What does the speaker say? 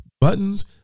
buttons